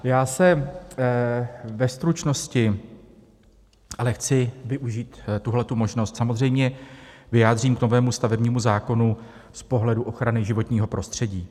Já se ve stručnosti, ale chci využít tuhle možnost, samozřejmě vyjádřím k novému stavebnímu zákonu z pohledu ochrany životního prostředí.